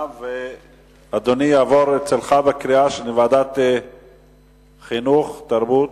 2010, לוועדת החינוך, התרבות